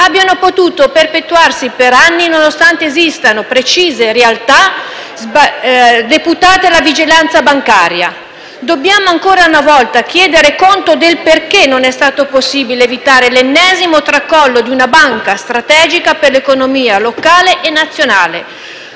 abbiano potuto perpetuarsi per anni, nonostante esistano precise realtà deputate alla vigilanza bancaria. Dobbiamo, ancora una volta, chiedere conto del perché non è stato possibile evitare l'ennesimo tracollo di una banca strategica per l'economia locale e nazionale.